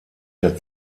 der